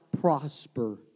prosper